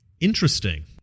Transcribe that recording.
Interesting